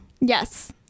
Yes